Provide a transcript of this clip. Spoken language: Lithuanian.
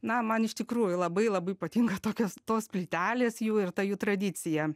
na man iš tikrųjų labai labai patinka tokios tos plytelės jų ir ta jų tradicija